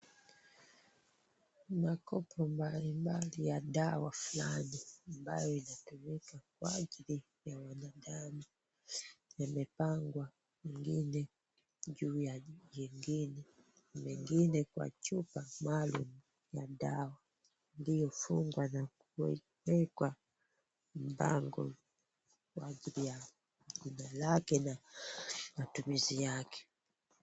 Makopo mbalimbali ya dawa fulani ambayo inatumika kwa ajili ya wanadamu. Nimepangwa wengine juu ya jingine, mengine kwa chupa maalum ya dawa ndiyo fungwa na kuwekwa mabango kwa ajili ya kundi lake na matumizi yake.